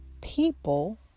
people